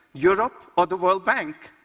europe or the world bank.